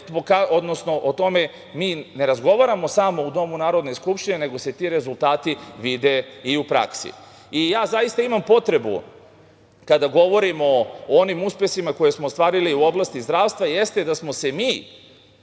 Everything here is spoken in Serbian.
zakonom. O tome mi ne razgovaramo samo u Domu Narodne skupštine, nego se ti rezultati vide i u praksi. Zaista imam potrebu, kada govorimo o onim uspesima koje smo ostvarili u oblasti zdravstva, jeste da smo se mi